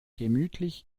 gemütlich